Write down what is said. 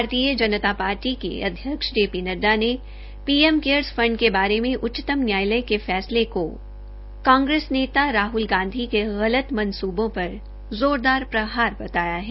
भारतीय जनता पार्टी के अध्यक्ष जे पी नड्डा ने पीएम केयर फण्ड के बारे में उच्चतम न्यायालय के फैसले को कांग्रेस नेता राहुल गांधी के नापाक इरादों पर जोरदार प्रहार बताया है